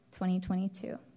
2022